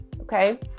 okay